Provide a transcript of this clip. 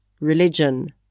religion